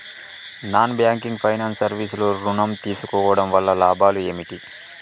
Non banking finance service లో ఋణం తీసుకోవడం వల్ల లాభాలు ఏమిటి?